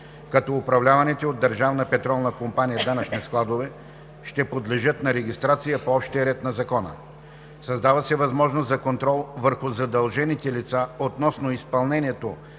компания“ данъчни складове ще подлежат на регистрация по общия ред на Закона. Създава се възможност за контрол върху задължените лица относно изпълнение